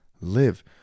live